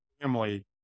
family